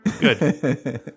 Good